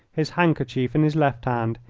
his handkerchief in his left hand,